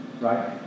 Right